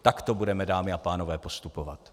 Takto budeme, dámy a pánové, postupovat.